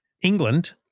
England